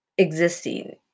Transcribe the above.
existing